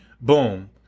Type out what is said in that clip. boom